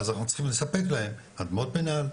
ואז אנחנו צריכים לספק להם אדמות מנהל,